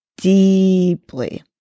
deeply